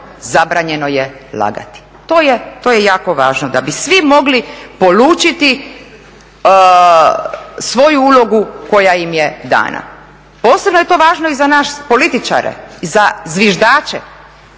zabranjeno je lagati. To je jako važno da bi svi mogli polučiti svoju ulogu koja im je dana. Posebno je to važno i za naše političare, za zviždače